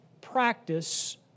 practice